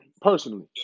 Personally